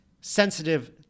sensitive